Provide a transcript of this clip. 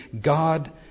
God